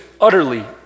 utterly